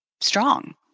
strong